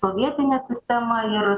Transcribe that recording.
sovietinę sistemą ir